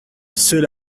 ceux